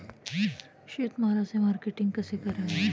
शेतमालाचे मार्केटिंग कसे करावे?